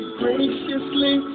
graciously